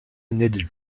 knitted